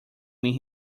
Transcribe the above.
mean